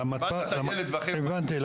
אם קיבלת את הילד ואחרי --- הבנתי.